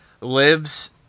lives